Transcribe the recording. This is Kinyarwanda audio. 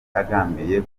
agambiriye